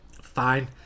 Fine